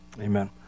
amen